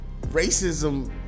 Racism